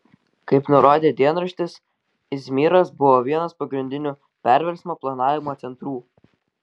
kaip nurodė dienraštis izmyras buvo vienas pagrindinių perversmo planavimo centrų